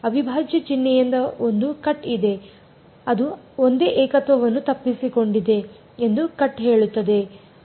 ಅವಿಭಾಜ್ಯ ಚಿಹ್ನೆಯಾದ್ಯಂತ ಒಂದು ಕಟ್ ಇದೆ ಅದು ಒಂದೇ ಏಕತ್ವವನ್ನು ತಪ್ಪಿಸಿಕೊಂಡಿದೆ ಎಂದು ಕಟ್ ಹೇಳುತ್ತದೆ